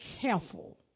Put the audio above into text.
careful